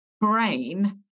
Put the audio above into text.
brain